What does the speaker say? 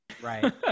Right